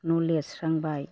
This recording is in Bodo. न' लिरस्रांबाय